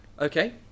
Okay